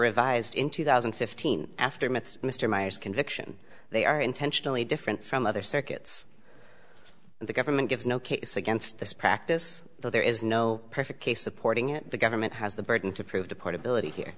revised in two thousand and fifteen after months mr myers conviction they are intentionally different from other circuits and the government gives no case against this practice so there is no perfect case supporting it the government has the burden to prove the portability here